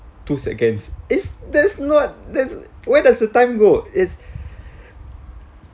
two seconds is there's not there's where does the time go is